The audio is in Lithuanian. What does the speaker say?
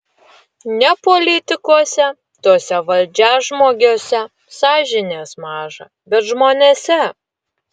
ne politikuose tuose valdžiažmogiuose sąžinės maža bet žmonėse